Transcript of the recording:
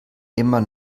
immer